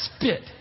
Spit